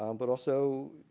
um but also